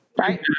right